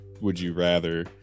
would-you-rather